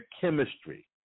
chemistry